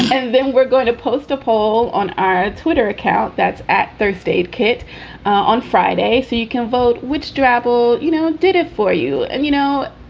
and then we're going to post a poll on our twitter account that's at first aid kit on friday. you can vote, which drabble, you know, did it for you. and, you know,